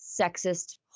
sexist